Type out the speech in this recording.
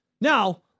Now